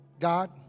God